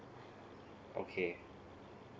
okay